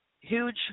Huge